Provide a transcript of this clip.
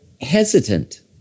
hesitant